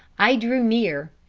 i drew near,